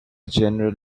general